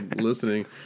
listening